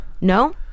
no